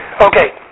Okay